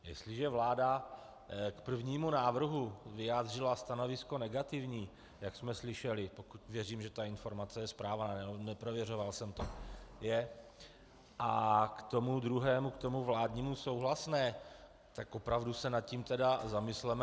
Jestliže vláda k prvnímu návrhu vyjádřila stanovisko negativní, jak jsme slyšeli, pokud věřím, že ta informace je správná, neprověřoval jsem to, k tomu druhému, k tomu vládnímu, souhlasné, tak opravdu se nad tím zamysleme.